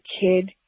kid